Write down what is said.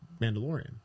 Mandalorian